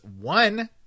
one